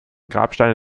grabsteine